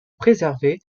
préservé